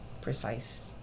precise